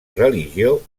religió